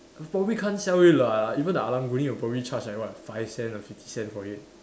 probably can't sell it lah even the karang-guni will probably charge like what five cent or fifty cent for it